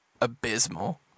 abysmal